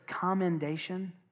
commendation